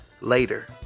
later